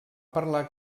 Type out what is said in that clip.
parlar